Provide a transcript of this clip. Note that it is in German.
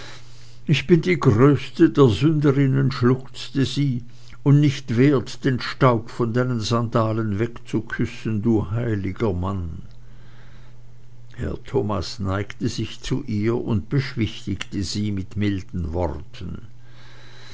ich bin die größte der sünderinnen schluchzte sie und nicht wert den staub von deinen sandalen wegzuküssen